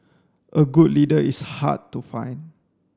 a good leader is hard to find